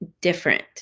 different